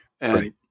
Right